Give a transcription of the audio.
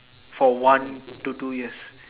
for one to two years